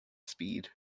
speed